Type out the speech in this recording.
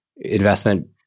Investment